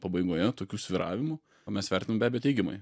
pabaigoje tokių svyravimų o mes vertinam be abejo teigiamai